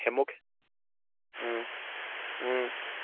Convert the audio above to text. ہٮ۪موکھ اۭں اۭں